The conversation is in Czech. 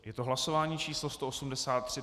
Je to hlasování číslo 183.